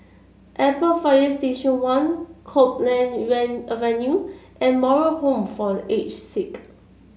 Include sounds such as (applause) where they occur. Airport Fire Station One Copeland (unintelligible) Avenue and Moral Home for The Aged Sick